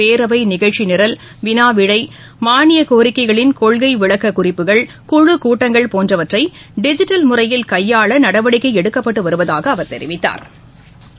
பேரவை நிகழ்ச்சி நிரல் விளா விடை மானிய கோரிக்கைகளின் கொள்கை விளக்கக் குறிப்புகள் குழுக் கூட்டங்கள் போன்றவற்றை டிஜிட்டல் முறையில் கையாள நடவடிக்கை எடுக்கப்பட்டு வருவதாக அவர் தெரிவித்தாா்